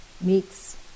meets